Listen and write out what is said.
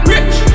Rich